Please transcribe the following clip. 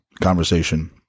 conversation